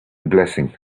blessing